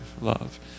love